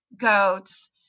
goats